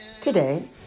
Today